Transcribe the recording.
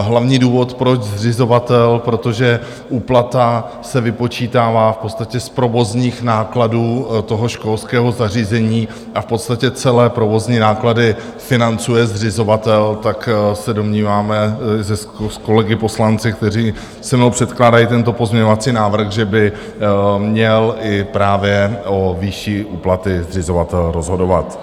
Hlavní důvod, proč zřizovatel: protože úplata se vypočítává v podstatě z provozních nákladů toho školského zařízení a v podstatě celé provozní náklady financuje zřizovatel, tak se domníváme s kolegy poslanci, kteří se mnou předkládají tento pozměňovací návrh, že by měl i právě o výši úplaty zřizovatel rozhodovat.